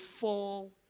fall